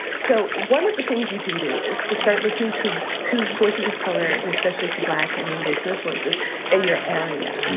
so one of the things you can do is to start listening to two voices of color and especially to black and indigenous voices in your area.